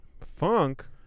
Funk